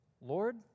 Lord